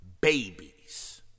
babies